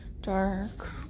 Dark